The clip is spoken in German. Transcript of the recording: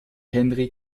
henry